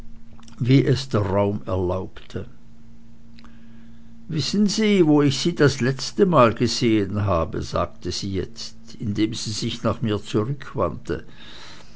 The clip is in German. wie es der raum erlaubte wissen sie wo ich sie das letzte mal gesehen habe sagte sie jetzt indem sie sich nach mir zurückwandte